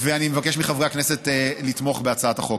אני מבקש מחברי הכנסת לתמוך בהצעת החוק.